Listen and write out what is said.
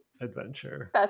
adventure